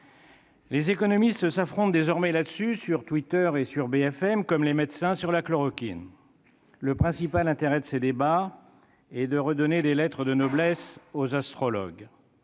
Les économistes s'affrontent désormais là-dessus sur Twitter et BFM, comme les médecins sur la chloroquine. Le principal intérêt de ces débats est de redonner des lettres de noblesse aux astrologues.